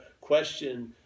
question